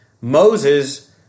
Moses